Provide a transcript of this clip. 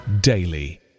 daily